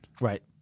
Right